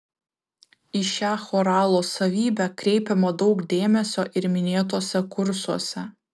į šią choralo savybę kreipiama daug dėmesio ir minėtuose kursuose